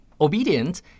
obedient